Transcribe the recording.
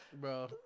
Bro